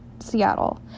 Seattle